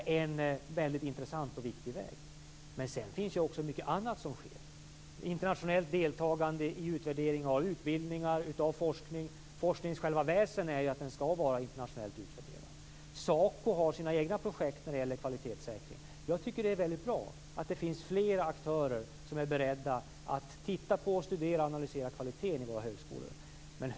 Det är en intressant och viktig väg. Sedan finns också mycket annat som sker, t.ex. internationellt deltagande i utvärdering av utbildningar, forskning. Forskningens själva väsende är att den skall utvärderas internationellt. SACO har sina egna projekt när det gäller kvalitetssäkring. Det är bra att det finns flera aktörer som är beredda att titta på, studera och analysera kvaliteten på våra högskolor.